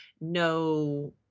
no